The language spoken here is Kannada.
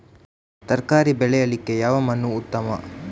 ತರಕಾರಿ ಬೆಳೆಯಲಿಕ್ಕೆ ಯಾವ ಮಣ್ಣು ಉತ್ತಮ?